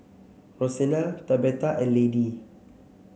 Rosena Tabetha and Lady